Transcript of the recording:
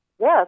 yes